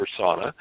persona